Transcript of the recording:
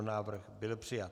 Návrh byl přijat.